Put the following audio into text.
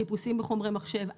חיפושים בחומרי מחשב,